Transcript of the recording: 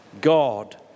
God